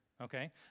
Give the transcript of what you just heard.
okay